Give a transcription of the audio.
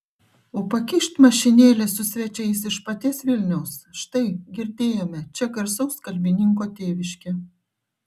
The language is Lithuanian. o pakyšt mašinėlė su svečiais iš paties vilniaus štai girdėjome čia garsaus kalbininko tėviškė